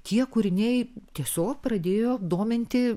tie kūriniai tiesiog pradėjo dominti